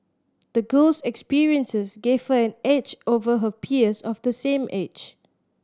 the girl's experiences gave her an edge over her peers of the same age